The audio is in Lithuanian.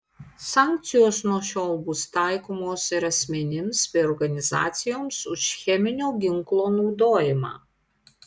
sankcijos nuo šiol bus taikomos ir asmenims bei organizacijoms už cheminio ginklo naudojimą